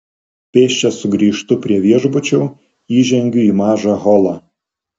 pėsčias sugrįžtu prie viešbučio įžengiu į mažą holą